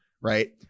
right